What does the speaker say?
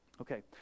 Okay